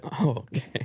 Okay